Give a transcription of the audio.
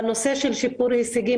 בנושא של שיפור הישגים,